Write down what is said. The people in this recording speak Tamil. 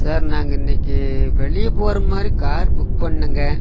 சார் நாங்கள் இன்றைக்கி வெளியே போகிற மாதிரி கார் புக் பண்ணேங்க